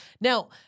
now